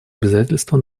обязательства